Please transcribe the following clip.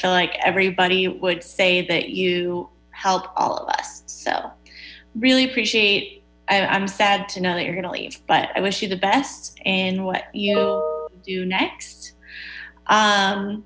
feel like everybody would say that you help all of us so really appreciate i'm sad to know that you're going to leave but i wish you the best in what you do next